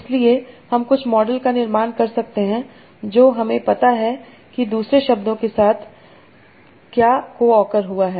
इसलिए हम कुछ मॉडल का निर्माण कर सकते हैं जो हमें पता है कि दूसरे शब्दों के साथ क्या को ओकर हुआ है